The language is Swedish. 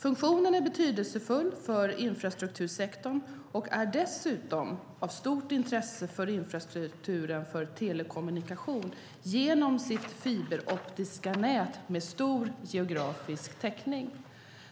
Funktionen är betydelsefull för infrastruktursektorn och är dessutom av stort intresse för infrastrukturen för telekommunikation genom sitt fiberoptiska nät med stor geografisk täckning.